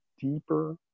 deeper